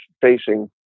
facing